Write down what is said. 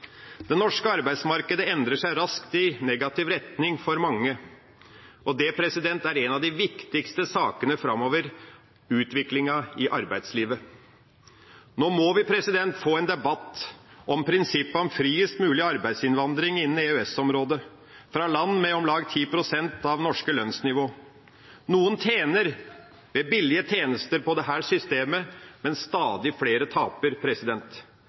Det norske arbeidsmarkedet endrer seg raskt i negativ retning for mange. Det er en av de viktigste sakene framover, utviklinga i arbeidslivet. Nå må vi få en debatt om prinsippet om friest mulig arbeidsinnvandring innen EØS-området, fra land med om lag 10 pst. av det norske lønnsnivået. Noen tjener på billige tjenester med dette systemet, men stadig flere taper.